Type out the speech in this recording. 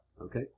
Okay